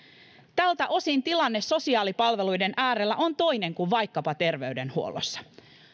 tältä osin tilanne sosiaalipalveluiden äärellä on toinen kuin vaikkapa terveydenhuollossa